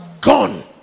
gone